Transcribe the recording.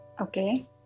okay